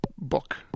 book